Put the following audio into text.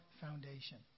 foundation